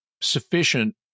sufficient